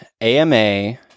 AMA